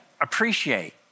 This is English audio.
appreciate